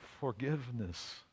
forgiveness